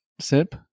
sip